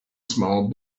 small